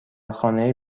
خانه